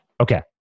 Okay